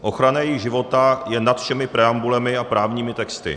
Ochrana jejich života je nad všemi preambulemi a právními texty.